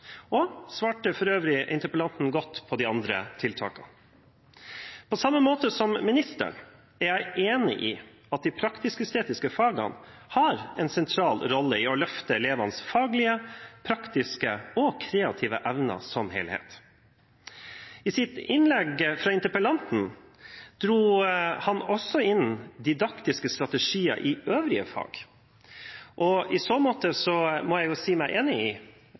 og svarte for øvrig interpellanten godt på de andre tiltakene. På samme måte som ministeren er jeg enig i at de praktisk-estetiske fagene har en sentral rolle i å løfte elevenes faglige, praktiske og kreative evner som helhet. I sitt innlegg dro interpellanten også inn didaktiske strategier i øvrige fag. I så måte må jeg si meg enig i